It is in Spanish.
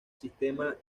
sistema